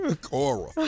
Cora